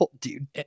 dude